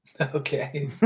Okay